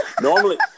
Normally